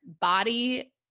body